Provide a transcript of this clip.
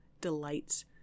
delights